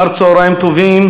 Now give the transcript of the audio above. אחר-צהריים טובים,